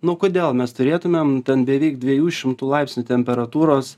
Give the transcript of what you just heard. nu kodėl mes turėtumėm ten beveik dviejų šimtų laipsnių temperatūros